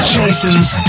Jason's